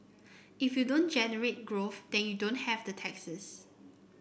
if you don't generate growth then you don't have the taxes